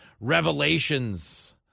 revelations